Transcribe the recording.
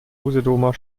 usedomer